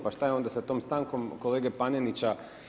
Pa šta je onda sa tom stankom kolege Panenića.